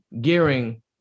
gearing